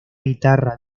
guitarra